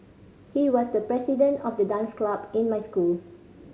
he was the president of the dance club in my school